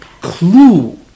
clue